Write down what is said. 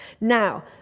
Now